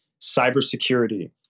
cybersecurity